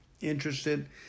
interested